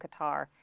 Qatar